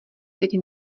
teď